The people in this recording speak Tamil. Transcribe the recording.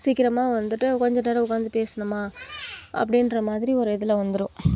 சீக்கிரமாக வந்துவிட்டு கொஞ்சம் நேரம் உட்காந்து பேசுனோமா அப்படின்ற மாதிரி ஒரு இதில் வந்துடும்